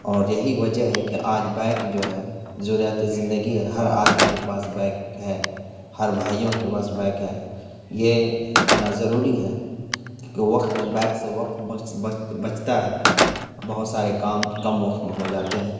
اور یہی وجہ ہے کہ آج بائک جو ہے ضروریات زندگی ہے ہر آدمی کے پاس بائک ہے ہر بھائیوں کے پاس بائک ہے یہ ہونا ضروری ہے کیونکہ وقت بائک سے وقت بچتا ہے بہت سارے کام کم وقت میں ہو جاتے ہیں